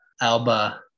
Alba